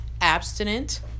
abstinent